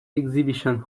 exhibition